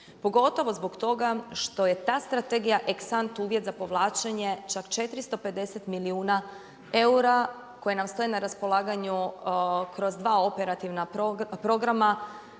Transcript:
pogotovo zbog toga što je ta strategija …/Govornica se ne razumije./… uvjet za povlačenje čak 450 milijuna eura koji nam stoje na raspolaganju kroz dva operativna programa